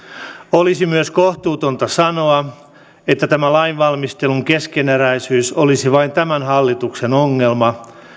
olisi myös kohtuutonta sanoa että tämä lainvalmistelun keskeneräisyys olisi vain tämän hallituksen ongelma